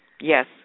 Yes